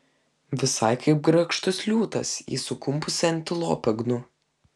visai kaip grakštus liūtas į sukumpusią antilopę gnu